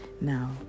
Now